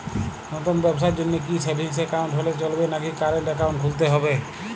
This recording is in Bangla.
নতুন ব্যবসার জন্যে কি সেভিংস একাউন্ট হলে চলবে নাকি কারেন্ট একাউন্ট খুলতে হবে?